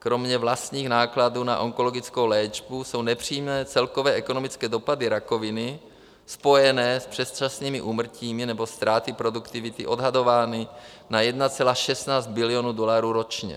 Kromě vlastních nákladů na onkologickou léčbu jsou nepřímé celkové ekonomické dopady rakoviny spojené s předčasnými úmrtími nebo ztráty produktivity odhadovány na 1,16 bilionu dolarů ročně.